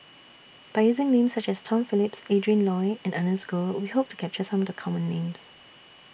By using Names such as Tom Phillips Adrin Loi and Ernest Goh We Hope to capture Some of The Common Names